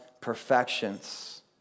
perfections